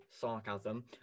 sarcasm